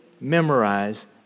memorize